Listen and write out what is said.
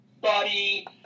buddy